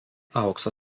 aukso